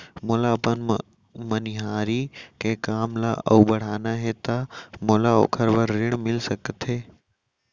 मोला अपन मनिहारी के काम ला अऊ बढ़ाना हे त का मोला ओखर बर ऋण मिलिस सकत हे?